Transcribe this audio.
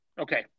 Okay